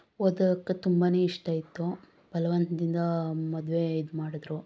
ಓದೋಕ್ಕೆ ತುಂಬಾನೇ ಇಷ್ಟ ಇತ್ತು ಬಲವಂತದಿಂದ ಮದುವೆ ಇದು ಮಾಡಿದ್ರು